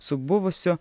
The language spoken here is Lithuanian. su buvusiu